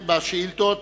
בשאילתות.